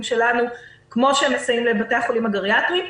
שלנו כפי שהם מסייעים לבתי החולים הגריאטריים.